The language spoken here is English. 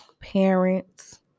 parents